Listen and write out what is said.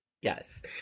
Yes